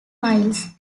miles